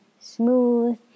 smooth